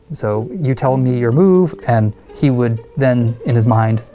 so you tell me your move, and he would then in his mind